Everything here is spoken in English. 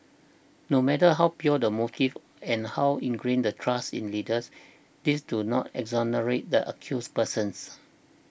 no matter how pure the motives and how ingrained the trust in leaders these do not exonerate the accused persons